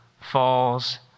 falls